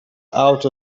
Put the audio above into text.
out